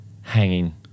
hanging